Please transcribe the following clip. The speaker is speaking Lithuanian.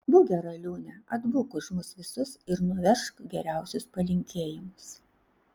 būk gera liūne atbūk už mus visus ir nuvežk geriausius palinkėjimus